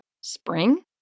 Spring